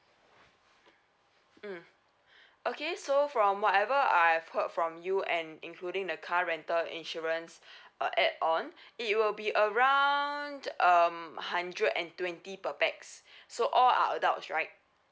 mm okay so from whatever I've heard from you and including the car rental insurance uh add on it will be around um hundred and twenty per pax so all are adults right